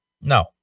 No